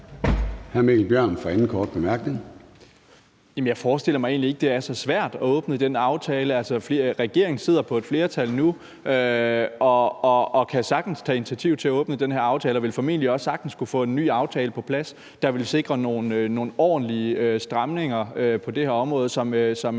Jeg forestiller mig egentlig ikke, at det er så svært at åbne den aftale, for regeringen sidder på et flertal nu og kan sagtens tage initiativ til at åbne den her aftale og vil formentlig også sagtens kunne få en ny aftale på plads, der vil sikre nogle ordentlige stramninger på det her område, som